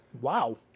Wow